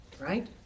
Right